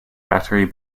battery